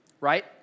right